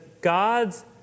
God's